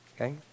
Okay